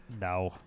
No